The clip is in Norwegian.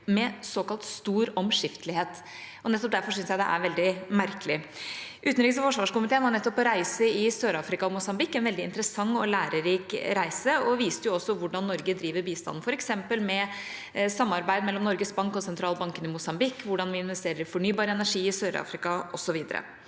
med såkalt stor omskiftelighet. Nettopp derfor syns jeg det er veldig merkelig. Utenriks- og forsvarskomiteen var nettopp på reise i Sør-Afrika og Mosambik – en veldig interessant og lærerik reise, som også viste hvordan Norge driver bistanden, f.eks. med samarbeid mellom Norges Bank og sentralbanken i Mosambik, hvordan vi investerer i fornybar energi i Sør-Afrika osv.